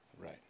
Right